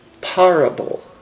Parable